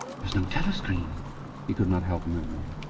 there's no telescreen he could not help murmuring.